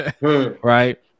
Right